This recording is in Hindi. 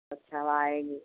अच्छी हवा आएगी